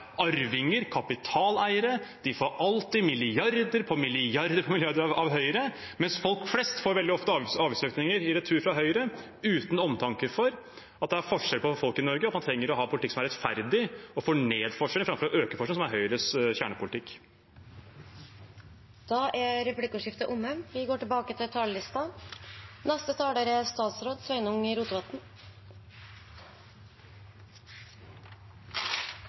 arvinger, kapitaleiere. De får alltid milliarder på milliarder av Høyre, mens folk flest veldig ofte får avgiftsøkninger i retur uten omtanke for at det er forskjell på folk i Norge. Man trenger å ha en politikk som er rettferdig og får ned forskjellene, framfor å øke forskjellene, som er Høyres kjernepolitikk. Replikkordskiftet er omme. Klimautsleppa i Noreg går jamt nedover, og dei er